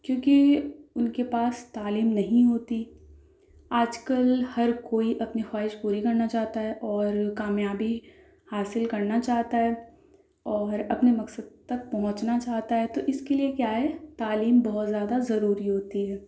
کیوںکہ ان کے پاس تعلیم نہیں ہوتی آج کل ہر کوئی اپنی خواہش پوری کرنا چاہتا ہے اور کامیابی حاصل کرنا چاہتا ہے اور اپنے مقصد تک پہنچنا چاہتا ہے تو اس کے لیے کیا ہے تعلیم بہت زیادہ ضروری ہوتی ہے